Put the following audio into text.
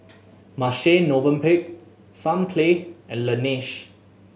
Marche Movenpick Sunplay and Laneige